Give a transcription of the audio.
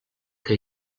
que